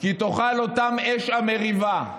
כי תאכל אותם אש המריבה,